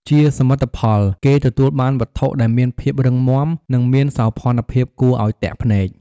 ជាសមិទ្ធផល គេទទួលបានវត្ថុដែលមានភាពរឹងមាំ និងមានសោភ័ណភាពគួរឱ្យទាក់ភ្នែក។